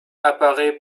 apparaît